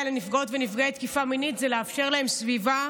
לנפגעות ונפגעי תקיפה מינית הוא לאפשר להם סביבה